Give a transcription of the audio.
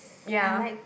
ya